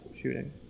shooting